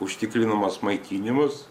užtikrinamas maitinimas